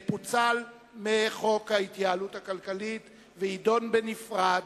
פוצל מחוק ההתייעלות הכלכלית ויידון בנפרד.